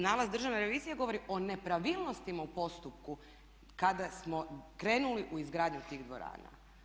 Nalaz Državne revizije govori o nepravilnostima u postupku kada smo krenuli u izgradnju tih dvorana.